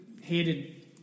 hated